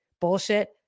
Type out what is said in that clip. bullshit